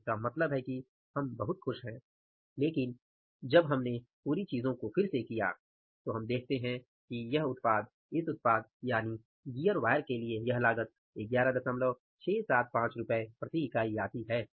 तो इसका मतलब है कि हम बहुत खुश हैं लेकिन जब हमने पूरी चीज़ को फिर से किया तो हम देखते हैं कि इस उत्पाद गियर तारों के लिए यह लागत 11675 रु आती है